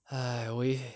!hais! wast~